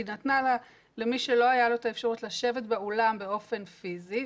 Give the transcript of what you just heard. היא נתנה למי שלא הייתה לו האפשרות לשבת באולם באופן פיסי,